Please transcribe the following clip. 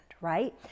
right